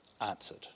answered